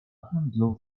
handlu